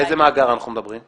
על איזה מאגר אנחנו מדברים?